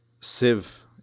sieve